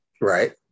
Right